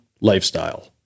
lifestyle